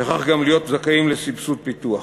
וכך גם להיות זכאים לסבסוד פיתוח.